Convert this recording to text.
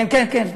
כן, כן, כן.